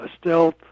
stealth